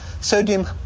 sodium